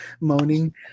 moaning